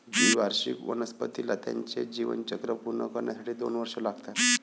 द्विवार्षिक वनस्पतीला त्याचे जीवनचक्र पूर्ण करण्यासाठी दोन वर्षे लागतात